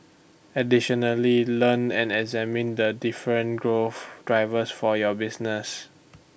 additionally learn and examine the different growth drivers for your business